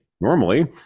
normally